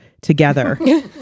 together